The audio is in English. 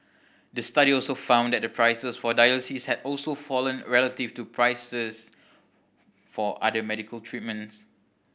the study also found that the prices for dialysis had also fallen relative to prices for other medical treatments